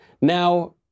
Now